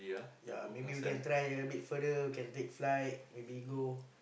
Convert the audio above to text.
ya maybe we can try a bit further we can take flight maybe go